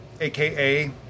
AKA